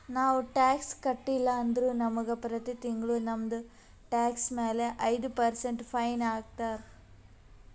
ನಾವು ಟ್ಯಾಕ್ಸ್ ಕಟ್ಟಿಲ್ಲ ಅಂದುರ್ ನಮುಗ ಪ್ರತಿ ತಿಂಗುಳ ನಮ್ದು ಟ್ಯಾಕ್ಸ್ ಮ್ಯಾಲ ಐಯ್ದ ಪರ್ಸೆಂಟ್ ಫೈನ್ ಹಾಕ್ತಾರ್